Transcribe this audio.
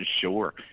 Sure